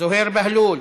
זוהיר בהלול,